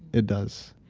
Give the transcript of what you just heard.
it does.